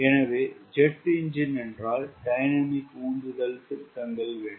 எனவே jet engine என்றால் dynamic உந்துதல் திருத்தங்கள் வேண்டும்